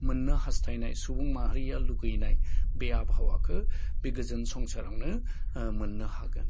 मोननो हास्थायनाय सुबुं माहारिया लुगैनाय बे आबहावाखो बे गोजोन संसारावनो ओ मोननो हागोन